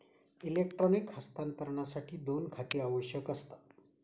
electronic हस्तांतरणासाठी दोन खाती आवश्यक असतात